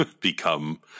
become